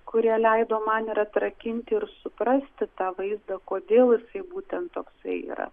kurie leido man ir atrakinti ir suprasti tą vaizdą kodėl jisai būtent toksai yra